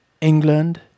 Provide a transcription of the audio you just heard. England